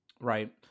Right